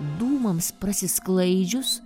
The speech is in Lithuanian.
dūmams prasisklaidžius